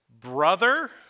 brother